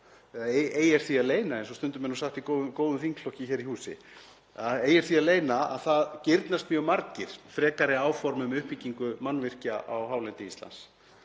er eigi því að leyna, eins og stundum er sagt í góðum þingflokki hér í húsi, að það girnast mjög margir frekari áform um uppbyggingu mannvirkja á hálendi Íslands.